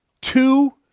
two